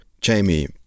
Jamie